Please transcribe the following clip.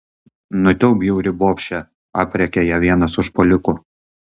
nutilk bjauri bobše aprėkia ją vienas užpuolikų